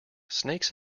snakes